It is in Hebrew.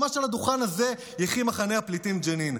ממש מעל הדוכן הזה: יחי מחנה הפליטים ג'נין.